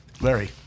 Larry